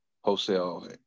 wholesale